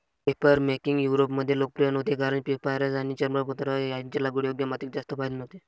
papermaking युरोपमध्ये लोकप्रिय नव्हती कारण पेपायरस आणि चर्मपत्र यांचे लागवडीयोग्य मातीत जास्त फायदे नव्हते